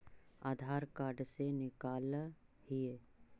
आधार card से निकाल हिऐ?